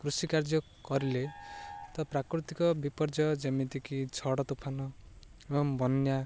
କୃଷି କାର୍ଯ୍ୟ କରିଲେ ତ ପ୍ରାକୃତିକ ବିପର୍ଯ୍ୟୟ ଯେମିତିକି ଝଡ଼ ତୋଫାନ ଏବଂ ବନ୍ୟା